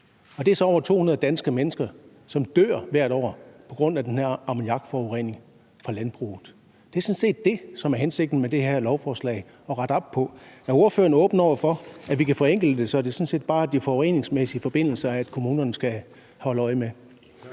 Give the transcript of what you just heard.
og det er så over 1.200 danske mennesker, som dør hvert år på grund af den her ammoniakforurening fra landbruget. Det er sådan set det, som det er hensigten med det her lovforslag at rette op på. Er ordføreren åben over for, at vi kan forenkle det, så det sådan set bare er de forureningsmæssige forbindelser, som kommunerne skal holde øje med?